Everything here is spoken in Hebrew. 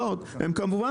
זה מקצר.